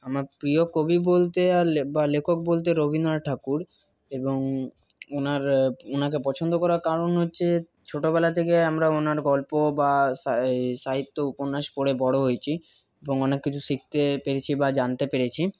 আমার প্রিয় কবি বলতে আর বা লেখক বলতে রবীন্দ্রনাথ ঠাকুর এবং ওনার ওনাকে পছন্দ করার কারণ হচ্ছে ছোটোবেলা থেকে আমরা ওনার গল্প বা সাহিত্য উপন্যাস পড়ে বড়ো হয়েছি এবং অনেক কিছু শিখতে পেরেছি বা জানতে পেরেছি